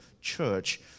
church